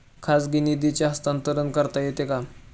खाजगी निधीचे हस्तांतरण करता येते का?